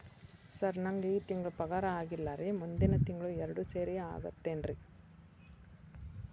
sir ನಂಗ ಈ ತಿಂಗಳು ಪಗಾರ ಆಗಿಲ್ಲಾರಿ ಮುಂದಿನ ತಿಂಗಳು ಎರಡು ಸೇರಿ ಹಾಕತೇನ್ರಿ